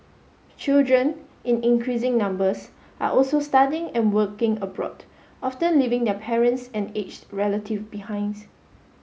children in increasing numbers are also studying and working abroad often leaving their parents and aged relative behinds